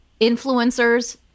influencers